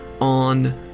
on